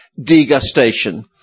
degustation